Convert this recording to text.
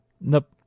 Nope